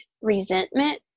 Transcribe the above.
resentment